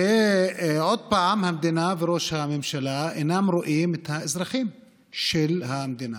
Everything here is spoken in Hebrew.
ועוד פעם המדינה וראש הממשלה אינם רואים את האזרחים של המדינה.